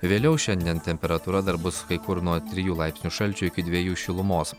vėliau šiandien temperatūra dar bus kai kur nuo trijų laipsnių šalčio iki dviejų šilumos